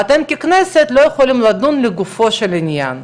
ואנחנו ככנסת לא יכולים לדון לגופו של עניין.